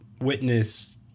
witness